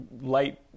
light